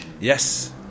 yes